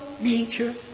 nature